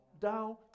down